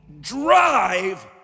drive